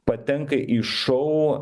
patenka į šou